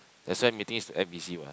that's why meeting is to act busy what